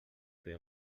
fer